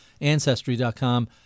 Ancestry.com